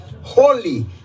holy